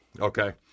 Okay